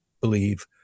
believe